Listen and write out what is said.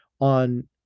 on